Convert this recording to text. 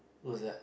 what's that